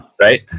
Right